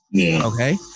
okay